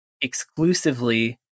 exclusively